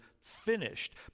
finished